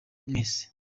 mwese